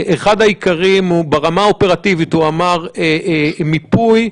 אחד העיקרים הוא ברמה אופרטיבית הוא אמר: מיפוי.